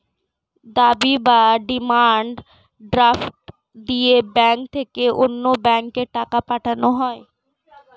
দাবি বা demand draft দিয়ে ব্যাংক থেকে অন্য ব্যাংকে টাকা পাঠানো হয়